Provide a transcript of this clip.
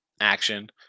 action